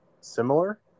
similar